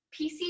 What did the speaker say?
pc